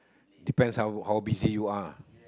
depends how how busy you are